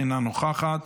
אינה נוכחת,